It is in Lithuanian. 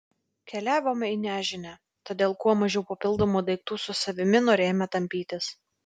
keliavome į nežinią todėl kuo mažiau papildomų daiktų su savimi norėjome tampytis